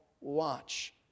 watch